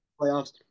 playoffs